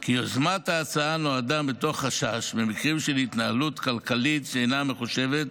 כי יוזמת ההצעה נולדה מתוך חשש שבמקרים של התנהלות כלכלית שאינה מחושבת,